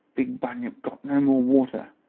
big bunyip got no more water.